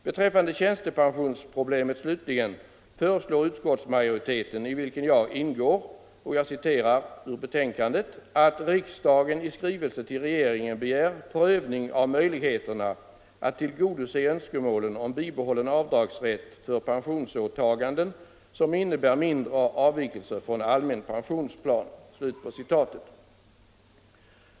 Beträffande tjänstepensionsproblemet slutligen föreslår utskottsmajoriteten, i vilken jag ingår, ”att riksdagen ——- i skrivelse till regeringen begär prövning av möjligheterna att tillgodose önskemålen om bibehållen avdragsrätt för pensionsåtaganden, som innebär mindre avvikelser från allmän pensionsplan”.